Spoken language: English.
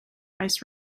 ice